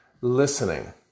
listening